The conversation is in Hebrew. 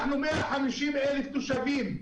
אנחנו 150,000 תושבים.